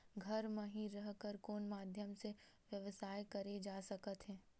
घर म हि रह कर कोन माध्यम से व्यवसाय करे जा सकत हे?